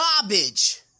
garbage